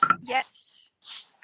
Yes